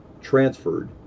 transferred